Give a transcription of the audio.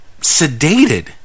sedated